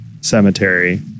cemetery